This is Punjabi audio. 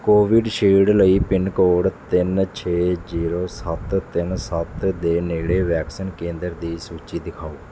ਕੋਵਿਡਸ਼ਿਲਡ ਲਈ ਪਿੰਨ ਕੋਡ ਤਿੰਨ ਛੇ ਜੀਰੋ ਸੱਤ ਤਿੰਨ ਸੱਤ ਦੇ ਨੇੜੇ ਵੈਕਸੀਨ ਕੇਂਦਰ ਦੀ ਸੂਚੀ ਦਿਖਾਓ